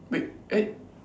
wait eh